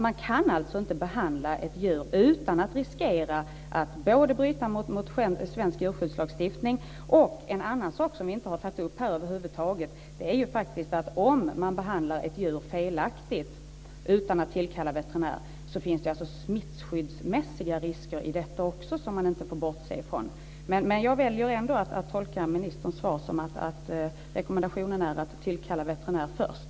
Man kan alltså inte behandla ett djur utan att riskera att bryta mot svensk djurskyddslagstiftning. Det finns en annan sak som vi inte har tagit upp här över huvud taget, och det är att det också finns smittskyddsmässiga risker som man inte kan bortse från om man behandlar ett djur felaktigt utan att tillkalla veterinär. Men jag väljer ändå att tolka ministerns svar som att rekommendationen är att man ska tillkalla veterinär först.